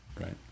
Right